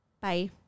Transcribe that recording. Bye